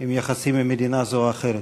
עם יחסים עם מדינה זו או אחרת.